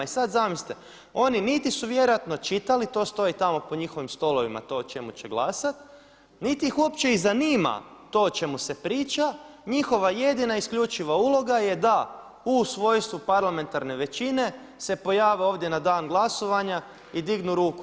I sada zamislite, oni niti su vjerojatno čitali, to stoji tamo po njihovim stolovima, to o čemu će glasati, niti ih uopće i zanima to o čemu se priča, njihova jedina isključivala uloga je da u svojstvu parlamentarne većine se pojave ovdje na dan glasovanja i dignu ruku.